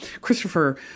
Christopher